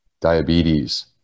diabetes